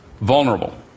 vulnerable